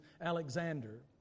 Alexander